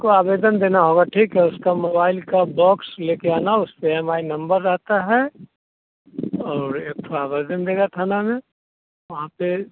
उसको आवेदन देना होगा ठीक है उसका मोबाइल का बॉक्स लेकर आना उस पर एम आई नंबर रहता है और एक ठो आवेदन देगा थाना में वहाँ पर